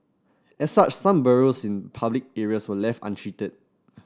as such some burrows in public areas were left untreated